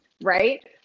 right